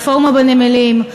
רפורמה בנמלים,